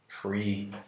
pre